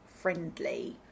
friendly